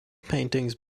paintings